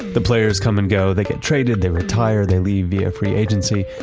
the players come and go, they get traded, they retire, they leave via free agency.